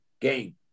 game